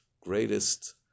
greatest